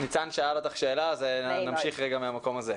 ניצן שאל אותך שאלה אז נמשיך רגע מהמקום הזה.